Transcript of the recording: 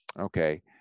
okay